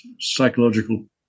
psychological